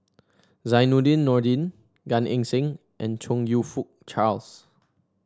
Zainudin Nordin Gan Eng Seng and Chong You Fook Charles